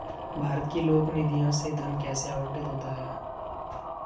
भारत की लोक निधियों से धन कैसे आवंटित होता है?